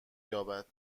یابد